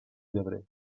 llebrer